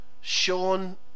Sean